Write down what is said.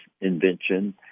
invention